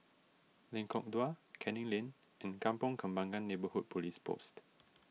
Lengkong Dua Canning Lane and Kampong Kembangan Neighbourhood Police Post